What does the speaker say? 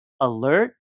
Alert